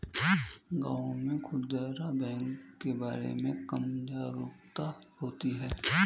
गांव में खूदरा बैंक के बारे में कम जागरूकता होती है